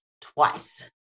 twice